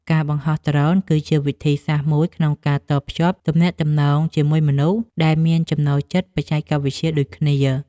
ការបង្ហោះដ្រូនគឺជាវិធីសាស្ត្រមួយក្នុងការតភ្ជាប់ទំនាក់ទំនងជាមួយមនុស្សដែលមានចំណូលចិត្តបច្ចេកវិទ្យាដូចគ្នា។